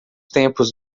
tempos